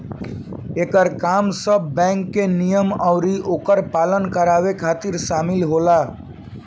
एकर काम सब बैंक के नियम अउरी ओकर पालन करावे खातिर शामिल होला